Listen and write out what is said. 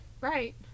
Right